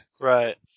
Right